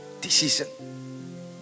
decision